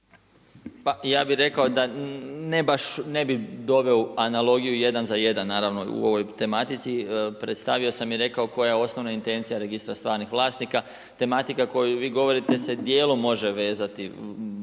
Pa ja bih rekao da ne baš, ne bih doveo u analogiju jedan za jedan naravno u ovoj tematici, predstavio sam i rekao koja je osnovna intencija registra stvarnih vlasnika. Tematika koju vi govorite se dijelom može vezati,